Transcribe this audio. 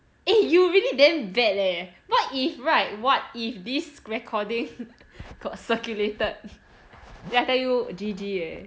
eh you really damn bad leh what if right what if this recording got circulated that I tell you G_G leh